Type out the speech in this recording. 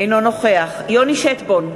אינו נוכח יוני שטבון,